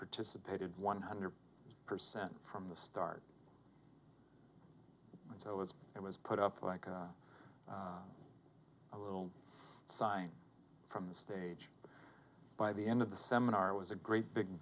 participated one hundred percent from the start and so it was it was put up like a a little sign from the stage by the end of the seminar was a great big